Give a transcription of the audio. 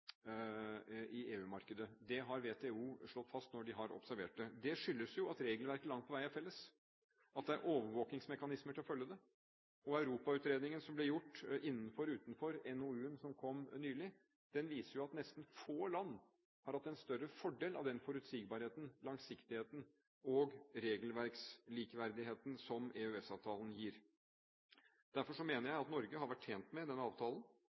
Det har WTO slått fast når de har observert det. Det skyldes jo at regelverket langt på vei er felles, og at det er overvåkningsmekanismer til å følge det. Europautredningen «Utenfor & Innenfor», NOU-en som kom nylig, viser at få land har hatt en større fordel av denne forutsigbarheten, langsiktigheten og regelverkslikeverdigheten som EØS-avtalen gir. Derfor mener jeg at Norge har vært tjent med denne avtalen.